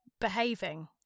behaving